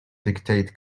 dictate